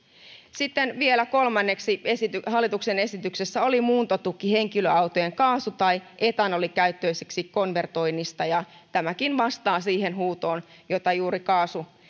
sitten vielä kolmanneksi hallituksen esityksessä on muuntotuki henkilöautojen kaasu tai etanolikäyttöisiksi konvertoinnista ja tämäkin vastaa siihen huutoon jota juuri